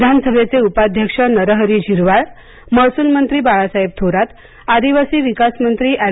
विधानसभेचे उपाध्यक्ष नरहरी झिरवाळ महसूलमंत्री बाळासाहेब थोरात आदिवासी विकासमंत्री ऍड